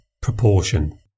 proportion